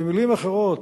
במלים אחרות,